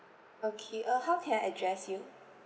okay uh how can I address you